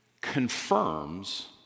confirms